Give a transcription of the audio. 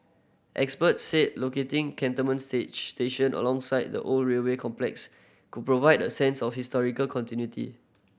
experts said locating Cantonment station alongside the old railway complex could provide a sense of historical continuity